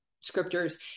scriptures